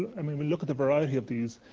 i mean, we look at a variety of these,